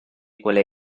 quelle